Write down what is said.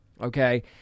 okay